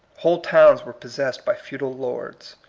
whole towns were possessed by feudal lords.